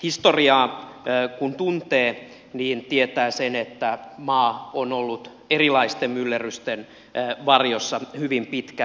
historiaa kun tuntee tietää sen että maa on ollut erilaisten myllerrysten varjossa hyvin pitkään